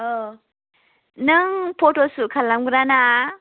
औ नों फट'सुट खालामग्रा ना